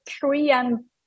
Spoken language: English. Korean